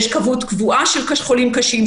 יש כמות קבוע של חולים קשים,